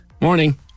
Morning